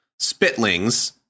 Spitlings